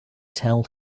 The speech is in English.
tell